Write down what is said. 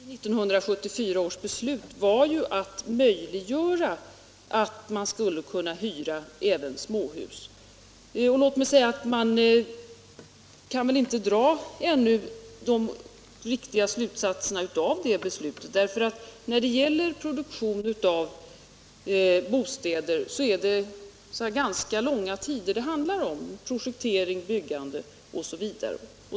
Herr talman! En väsentlig bit av 1974 års beslut bestod ju i att man skulle möjliggöra för människor att hyra även småhus. Och låt mig säga att vi kan väl ännu inte dra de riktiga slutsatserna av det beslutet, för när det gäller produktion av bostäder är det ganska långa tider det handlar om = det gäller projektering, byggande osv.